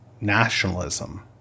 nationalism